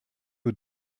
who